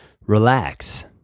relax